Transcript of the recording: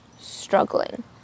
struggling